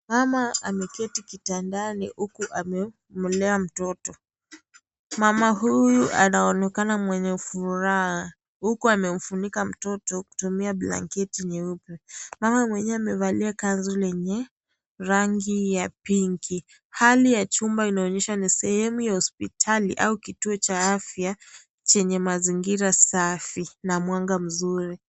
Mama ameketi kitandani huku amemlea mtoto. Mama huyu anaonekana mwenye furaha huku amemfunika mtoto kutumia blanket nyeupe. Mama mwenyewe amevalia kanzu lenye rangi ya pinki. Hali ya chumba inaonyesha ni sehemu ya hospitali au kituo cha afya chenye mazingira safi na mwanga mzuri.